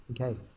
Okay